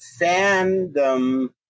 fandom